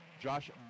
Josh